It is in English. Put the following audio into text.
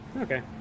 Okay